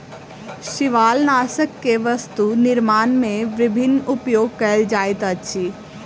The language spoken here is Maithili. शिवालनाशक के वस्तु निर्माण में विभिन्न उपयोग कयल जाइत अछि